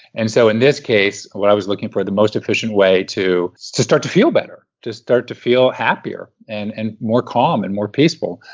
and so in this case, what i was looking for the most efficient way to to start to feel better, just start to feel happier and and more calm and more peaceful.